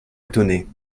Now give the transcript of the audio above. étonnés